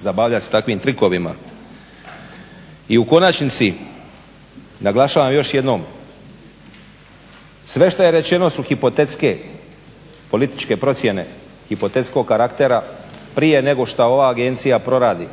zabavljat s takvim trikovima. I u konačnici, naglašavam još jednom, sve što je rečeno su hipotetske političke procjene hipotetskog karaktera. Prije nego što ova agencija proradi